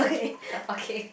okay